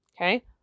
Okay